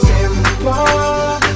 Simple